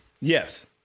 Yes